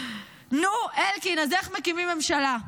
נו, אלקין, אז איך מקימים ממשלה?